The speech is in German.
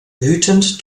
wütend